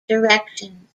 directions